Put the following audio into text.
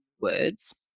words